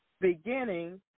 beginning